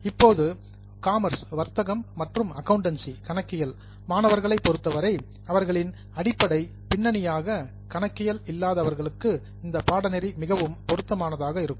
இப்போது காமர்ஸ் வர்த்தகம் மற்றும் அக்கவுண்டன்சி கணக்கியல் மாணவர்களைப் பொருத்தவரை அவர்களின் அடிப்படை பின்னணியாக கணக்கியல் இல்லாதவர்களுக்கு இந்த பாடநெறி மிகவும் பொருத்தமானதாக இருக்கும்